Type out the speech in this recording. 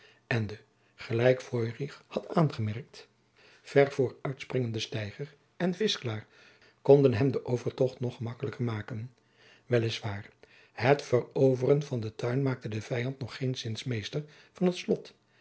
en de gelijk feurich had aangemerkt ver vooruitspringende steiger en vischkaar konden hem den overtocht nog gemakkelijker maken wel is waar het veroveren van den tuin maakte den vijand nog geenszins meester van het slot